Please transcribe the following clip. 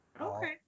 Okay